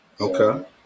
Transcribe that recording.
Okay